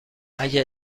اگه